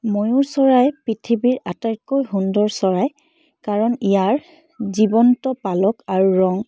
ময়ুৰ চৰাই পৃথিৱীৰ আটাইতকৈ সুন্দৰ চৰাই কাৰণ ইয়াৰ জীৱন্ত পালক আৰু ৰং